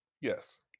Yes